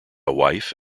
wife